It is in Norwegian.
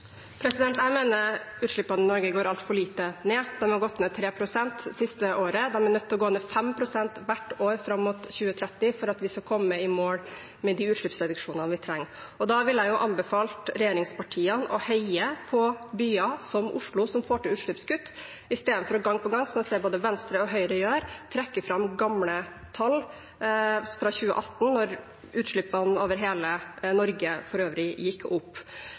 Jeg mener utslippene i Norge går altfor lite ned. De har gått ned 3 pst. det siste året, men de er nødt til å gå ned 5 pst. hvert år fram mot 2030 for at vi skal komme i mål med de utslippsreduksjonene vi trenger. Da ville jeg anbefalt regjeringspartiene å heie på byer som Oslo, som får til utslippskutt, istedenfor gang på gang, som jeg ser både Venstre og Høyre gjør, å trekke fram gamle tall fra 2018, da utslippene over Norge for øvrig gikk opp.